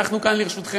אנחנו כאן לרשותכם.